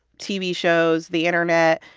tv shows, the internet